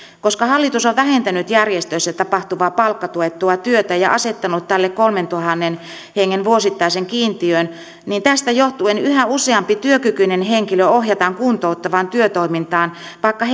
koska hallitus on vähentänyt järjestöissä tapahtuvaa palkkatuettua työtä ja asettanut tälle kolmentuhannen hengen vuosittaisen kiintiön niin tästä johtuen yhä useampi työkykyinen henkilö ohjataan kuntouttavaan työtoimintaan vaikka